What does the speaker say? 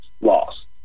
laws